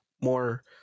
more